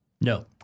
No